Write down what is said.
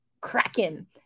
kraken